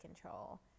control